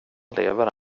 lever